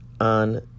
on